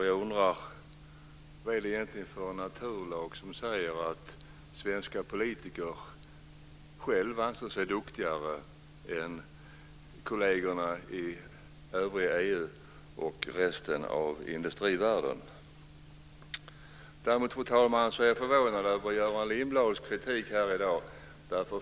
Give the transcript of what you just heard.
Jag undrar vilken naturlag som säger att svenska politiker ska anses duktigare än kollegerna i övriga EU och resten av industrivärlden. Fru talman! Jag är förvånad över Göran Lindblads kritik här i dag.